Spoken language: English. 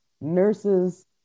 nurses